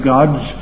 God's